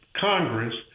Congress